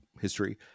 history